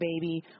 baby